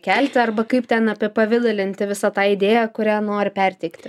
kelti arba kaip ten apipavidalinti visą tą idėją kurią nori perteikti